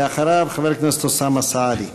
אחריו, חבר הכנסת אוסאמה סעדי.